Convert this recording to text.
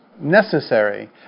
necessary